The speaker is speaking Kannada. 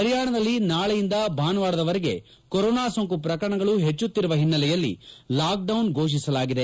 ಹರಿಯಾಣದಲ್ಲಿ ನಾಳೆಯಿಂದ ಭಾನುವಾರದವರೆಗೆ ಕೊರೊನಾ ಸೋಂಕು ಶ್ರಕರಣಗಳು ಹೆಚ್ಚುತ್ತಿರುವ ಹಿನ್ನೆಲೆಯಲ್ಲಿ ಲಾಕ್ಡೌನ್ ಫೋಷಿಸಲಾಗಿದೆ